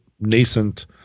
nascent